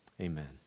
Amen